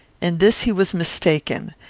in this he was mistaken,